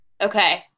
Okay